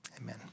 Amen